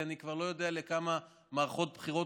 כי אני כבר לא יודע לכמה מערכות בחירות